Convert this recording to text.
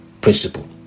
principle